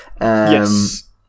Yes